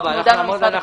תודה רבה.